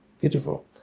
beautiful